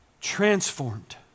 transformed